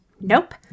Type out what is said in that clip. Nope